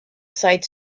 site